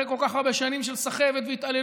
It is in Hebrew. אחרי כל כך הרבה שנים של סחבת והתעללות,